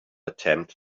attempt